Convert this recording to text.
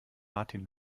martin